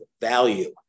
value